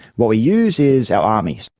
what we use is our armies.